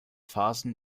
phasen